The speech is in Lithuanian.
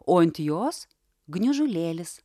o ant jos gniužulėlis